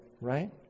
right